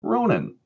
Ronan